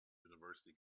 university